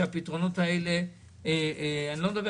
שלא יעשו